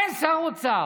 אין שר אוצר.